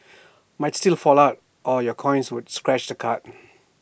might still fall out or your coins would scratch the card